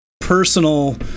personal